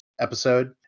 episode